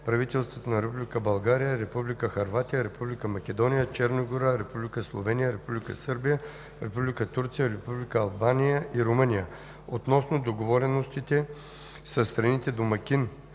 (правителствата на Република България, Република Хърватия, Република Македония, Черна гора, Република Словения, Република Сърбия, Република Турция, Република Албания и Румъния), относно договореностите със страната домакин